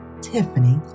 Tiffany